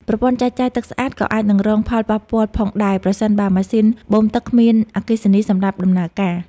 ប្រព័ន្ធចែកចាយទឹកស្អាតក៏អាចនឹងរងផលប៉ះពាល់ផងដែរប្រសិនបើម៉ាស៊ីនបូមទឹកគ្មានអគ្គិសនីសម្រាប់ដំណើរការ។